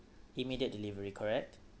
immediate delivery correct